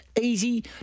Easy